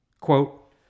Quote